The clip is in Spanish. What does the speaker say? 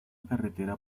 carretera